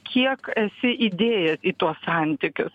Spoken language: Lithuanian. kiek esi įdėjęs į tuos santykius